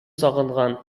сагынган